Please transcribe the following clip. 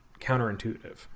counterintuitive